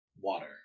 Water